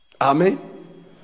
Amen